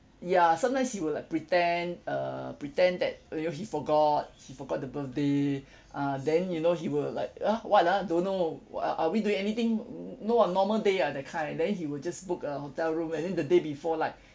ya sometimes he will like pretend err pretend that you know he forgot he forgot the birthday uh then you know he will like uh what ah don't know w~ are we doing anything no what normal day ah that kind then he will just book a hotel room and then the day before like